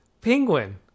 Penguin